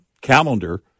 calendar